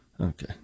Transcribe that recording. Okay